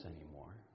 anymore